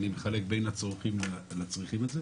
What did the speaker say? ואני מחלק בין הצורכים לצריכים את זה.